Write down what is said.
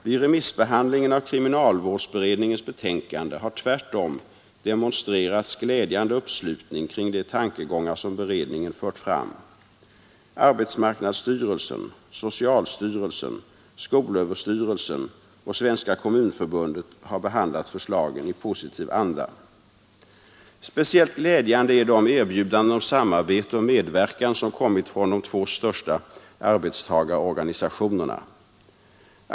Vid remissbehandlingen av kriminalvårdsberedningens betänkande har tvärtom demonstrerats glädjande uppslutning kring de tankegångar som beredningen fört fram. Arbetsmarknadsstyrelsen, socialstyrelsen, skolöverstyrelsen och Svenska kommunförbundet har behandlat förslagen i positiv anda. Speciellt glädjande är de erbjudanden om samarbete och medverkan som kommit från de två största arbetstagarorganisationerna.